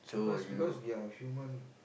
because because we are human